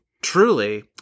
Truly